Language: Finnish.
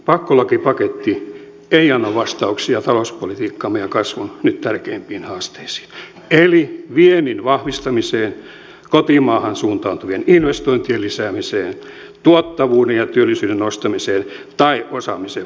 pakkolakipaketti ei anna vastauksia talouspolitiikkamme ja kasvun nyt tärkeimpiin haasteisiin eli viennin vahvistamiseen kotimaahan suuntautuvien investointien lisäämiseen tuottavuuden ja työllisyyden nostamiseen tai osaamisen vahvistamiseen